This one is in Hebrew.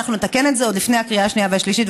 אנחנו נתקן את זה עוד לפני הקריאה השנייה והשלישית,